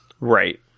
right